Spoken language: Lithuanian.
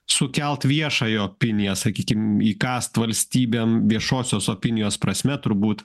sukelti viešąją opiniją sakykime įkąsti valstybėm viešosios opinijos prasme turbūt